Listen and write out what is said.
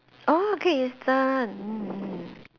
oh Great Eastern mm mm